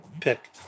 pick